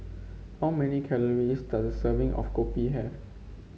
how many calories does a serving of kopi have